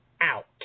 out